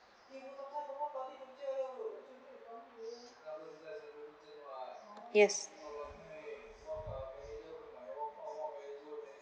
yes